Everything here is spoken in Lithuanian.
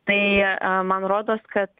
tai man rodos kad